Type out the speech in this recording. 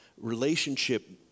relationship